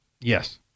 Yes